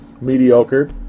mediocre